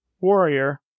Warrior